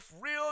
real